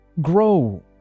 grow